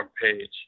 page